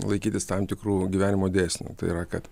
laikytis tam tikrų gyvenimo dėsnių tai yra kad